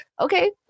okay